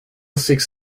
six